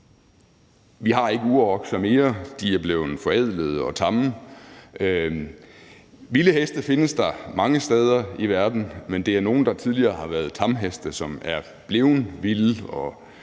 Vi har ikke urokser mere; de er blevet forædlede og tamme. Vilde heste findes mange steder i verden, men det er nogle, der tidligere har været tamheste, som er blevet vilde,